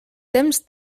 temps